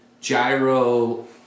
gyro